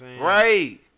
Right